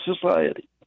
society